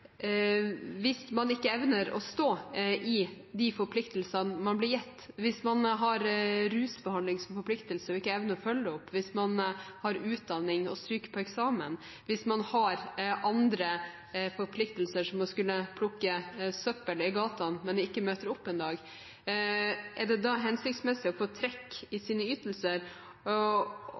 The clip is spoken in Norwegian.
Hvis man ikke evner å stå i de forpliktelsene man blir gitt – hvis man har rusbehandling som forpliktelse og ikke evner å følge opp, hvis man har utdanning og stryker til eksamen, og hvis man har andre forpliktelser som å skulle plukke søppel i gatene, men ikke møter opp en dag – er det da hensiktsmessig å få trekk i